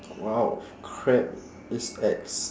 !wow! crab it's ex